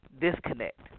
disconnect